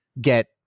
get